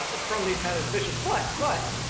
from these kind of officials. but but